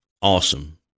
awesome